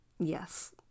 yes